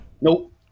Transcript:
Nope